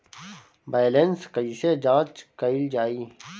Balance कइसे जांच कइल जाइ?